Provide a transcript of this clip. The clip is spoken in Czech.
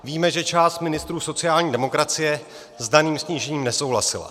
Víme, že část ministrů sociální demokracie s daným snížením nesouhlasila.